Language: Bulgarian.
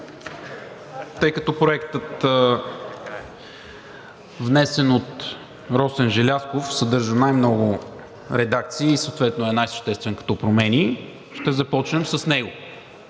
Тъй като Проектът, внесен от Росен Желязков, съдържа най много редакции и съответно е най-съществен като промени, ще започнем с него.